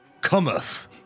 cometh